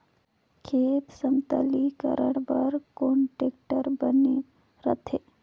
खेत समतलीकरण बर कौन टेक्टर बने रथे?